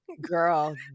girl